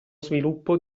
sviluppo